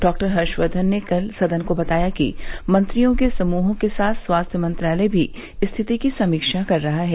डॉ हर्षवर्धन ने कल सदन को बताया कि मंत्रियों के समूहों के साथ स्वास्थ्य मंत्रालय भी स्थिति की समीक्षा कर रहा है